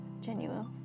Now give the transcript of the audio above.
genuine